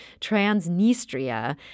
Transnistria